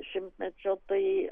šimtmečio tai